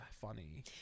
funny